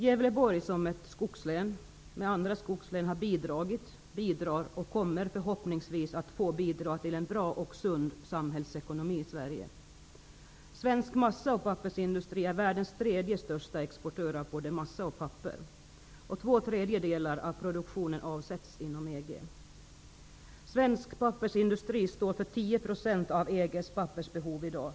Gävleborg som ett skogslän har med andra skogslän bidragit, bidrar och kommer förhoppningsvis att få bidra till en bra och sund samhällsekonomi i Sverige. Svensk massa och pappersindustri är världens tredje största exportör av både massa och papper. Två tredjedelar av produktionen avsätts inom EG. Svensk pappersindustri täcker 10 % av EG:s pappersbehov i dag.